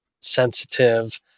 sensitive